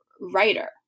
writer